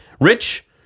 Rich